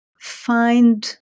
find